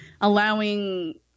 allowing